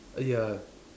!aiya!